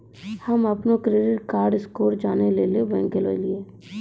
हम्म अपनो credit card score जानै लेली बैंक गेलियै